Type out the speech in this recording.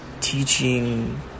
teaching